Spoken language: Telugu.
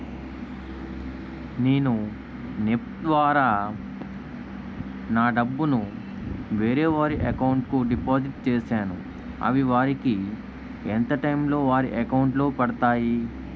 నేను నెఫ్ట్ ద్వారా నా డబ్బు ను వేరే వారి అకౌంట్ కు డిపాజిట్ చేశాను అవి వారికి ఎంత టైం లొ వారి అకౌంట్ లొ పడతాయి?